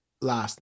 last